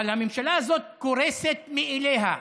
אבל הממשלה הזאת קורסת מאליה,